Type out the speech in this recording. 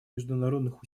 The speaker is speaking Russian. международных